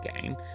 game